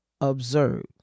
observe